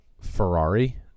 Ferrari